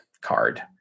card